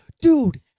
dude